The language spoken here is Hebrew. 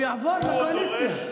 הוא יעבור לקואליציה.